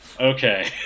Okay